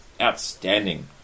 Outstanding